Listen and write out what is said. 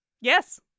Yes